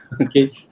Okay